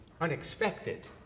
unexpected